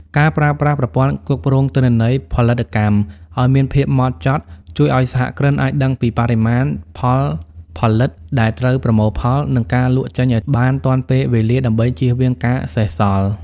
ការប្រើប្រាស់ប្រព័ន្ធគ្រប់គ្រងទិន្នន័យផលិតកម្មឱ្យមានភាពហ្មត់ចត់ ជួយឱ្យសហគ្រិនអាចដឹងពីបរិមាណផលផលិតដែលត្រូវប្រមូលផល និងការលក់ចេញឱ្យបានទាន់ពេលវេលាដើម្បីជៀសវាងការសេសសល់។